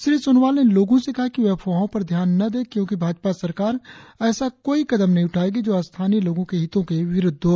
श्री सोनोवाल ने लोगो से कहा कि वे अफवाहों पर ध्यान न दे क्योंकि भाजपा सरकार ऐसा कोई कदम नही उठाएगी जो स्थानीय लोगो के हितों के विरुद्ध हो